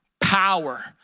power